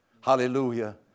Hallelujah